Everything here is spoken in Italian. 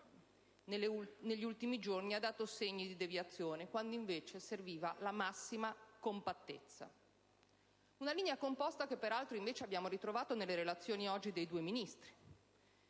negli ultimi giorni ha dato segni di deviazione, quando invece serviva la massima compattezza. Una linea composta che peraltro, invece, abbiamo ritrovato oggi nelle relazioni dei due Ministri.